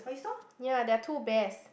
ya there are two bears